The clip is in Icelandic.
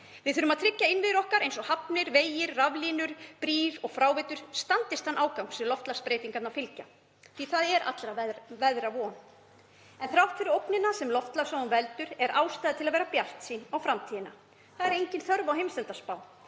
Við þurfum að tryggja að innviðir okkar eins og hafnir, vegir, raflínur, brýr og fráveitur standist þann ágang sem loftslagsbreytingunum fylgja því það er allra veðra von. En þrátt fyrir ógnina sem loftslagsváin veldur er ástæða til að vera bjartsýn á framtíðina. Það er engin þörf á heimsendaspá.